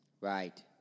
Right